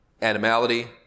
animality